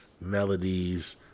melodies